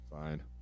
fine